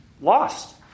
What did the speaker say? lost